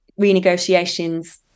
renegotiations